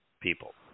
people